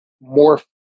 more